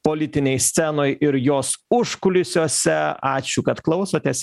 politinėj scenoj ir jos užkulisiuose ačiū kad klausotės